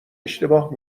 اشتباه